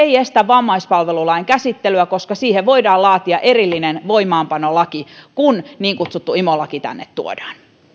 ei estä vammaispalvelulain käsittelyä koska siihen voidaan laatia erillinen voimaanpanolaki kun niin kutsuttu imo laki tänne tuodaan